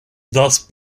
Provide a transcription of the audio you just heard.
thus